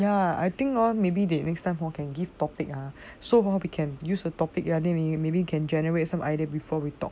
ya I think hor maybe they next time who can give topic ah so hor we can use the topic then maybe we can generate some ideas before we talk